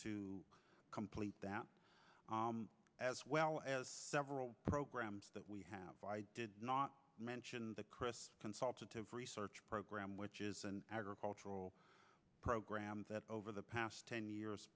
to complete that as well as several programs that we have not mentioned the chris consultative research program which is an agricultural program that over the past ten years